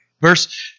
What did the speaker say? Verse